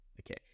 Okay